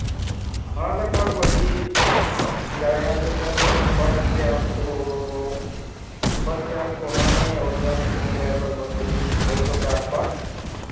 हाँ लगभग वही किराया जो है लगभग बस से आपको बस से आपको आने और जाने का किराया लगभग वही दो सौ के आसपास